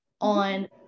on